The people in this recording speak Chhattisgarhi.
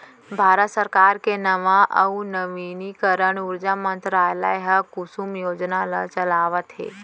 भारत सरकार के नवा अउ नवीनीकरन उरजा मंतरालय ह कुसुम योजना ल चलावत हे